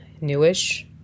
newish